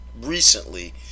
recently